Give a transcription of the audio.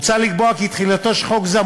מוצע לקבוע כי תחילתו של חוק זה,